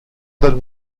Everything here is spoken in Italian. dal